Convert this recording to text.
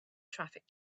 traffic